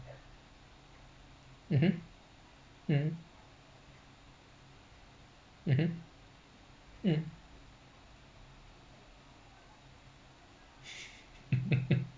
mmhmm mm mmhmm mm